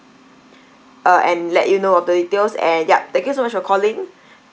uh and let you know of the details and yup thank you so much for calling